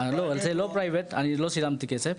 לא, זה לא פרטי, אני לא שילמתי כסף.